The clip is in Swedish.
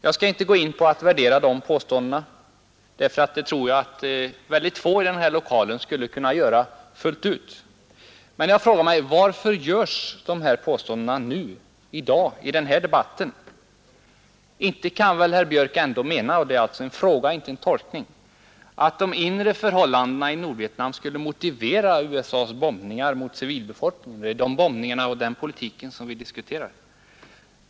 Jag skall inte gå in på någon närmare värdering av de påståendena; det tror jag att mycket få i denna lokal med säkerhet och i detalj kan göra. Men jag frågar mig varför dessa påståenden framförs i debatten i dag. Inte kan väl herr Björck mena — det är en fråga och inte en tolkning — att de inre förhållandena i Nordvietnam skulle motivera USA:s bombningar mot civilbefolkningen, dvs. de bombningar och den politik som vi diskuterar?